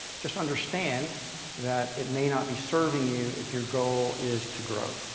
just understand that it may not be serving you if your goal is to grow.